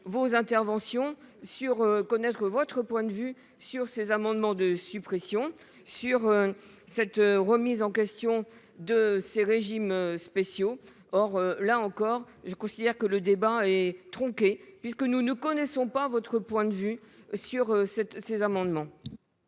vos interventions et de connaître votre point de vue sur ces amendements de suppression et sur la remise en question des régimes spéciaux. Là encore, je considère que le débat est tronqué, puisque nous ne connaissons pas votre point de vue sur ces amendements.